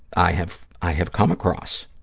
i have i have come across.